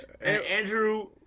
Andrew